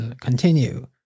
continue